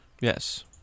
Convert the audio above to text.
Yes